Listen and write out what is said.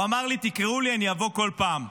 הוא אמר לי: תקראו לי, אני אבוא בכל פעם,